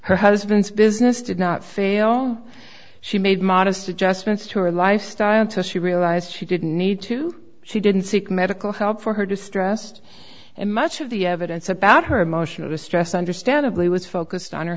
her husband's business did not fail she made modest adjustments to her lifestyle until she realized she didn't need to she didn't seek medical help for her distressed and much of the evidence about her emotional distress understandably was focused on her